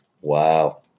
Wow